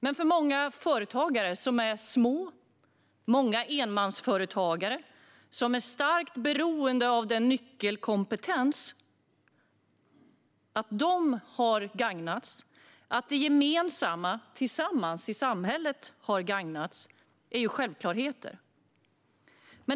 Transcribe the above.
Att många företagare som är små - det är många enmansföretagare - och starkt beroende av nyckelkompetensen har gagnats och att det gemensamma, tillsammans i samhället, har gagnats är självklarheter.